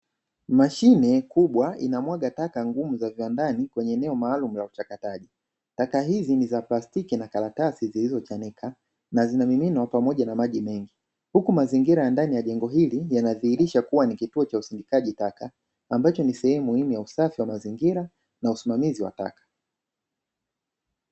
Mashine kubwa inamwaga taka ngumu za viwandani kwenye eneo maalumu la uchakataji, taka hizi ni za plastiki na karatasi zilizochanika na zinamiminwa pamoja na maji mengi. Huku mazingira ya ndani ya jengo hili yanadhihirisha kuwa ni kituo cha usindikaji taka ambacho ni sehemu muhimu ya usafi wa masingira na usimamizi wa taka.